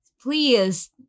Please